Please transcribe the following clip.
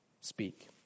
Speak